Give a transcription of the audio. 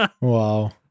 Wow